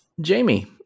Jamie